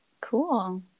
cool